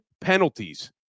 penalties